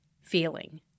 feeling